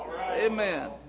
Amen